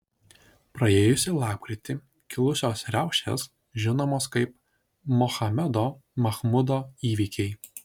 praėjusį lapkritį kilusios riaušės žinomos kaip mohamedo mahmudo įvykiai